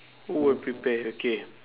who will prepare okay